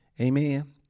amen